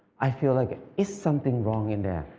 i feel like it's something wrong in there,